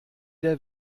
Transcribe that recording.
der